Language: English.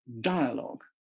dialogue